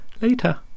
later